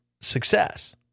success